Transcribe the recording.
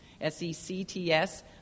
S-E-C-T-S